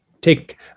take